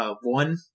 one